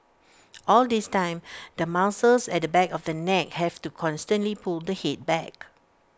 all this time the muscles at the back of the neck have to constantly pull the Head back